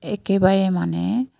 একেবাৰে মানে